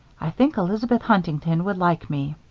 i think elizabeth huntington would like me.